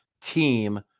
team